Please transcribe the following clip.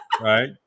right